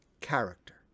character